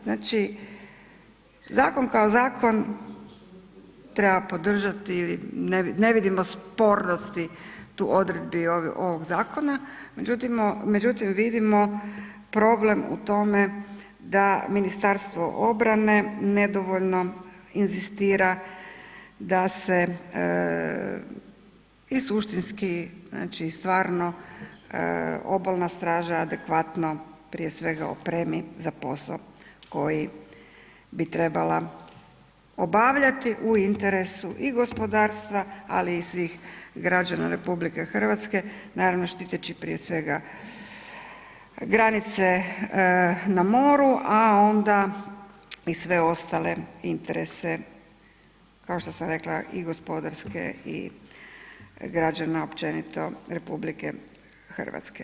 Znači zakon kao zakon treba podržati i ne vidimo spornosti tu odredbi ovog zakona međutim vidimo problem u tome da Ministarstvo obrane nedovoljno inzistira da se i suštinski, znači i stvarno obalna straža adekvatno prije svega opremi za posao koji bi trebala obavljati u interesu i gospodarstva ali i svih građana RH naravno štiteći prije svega granice na moru a onda i sve ostale interese, kao što sam rekla i gospodarske i građana općenito RH.